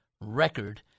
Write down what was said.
record